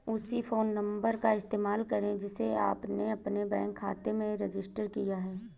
उसी phone number का इस्तेमाल करें जिसे आपने अपने बैंक खाते में रजिस्टर किया है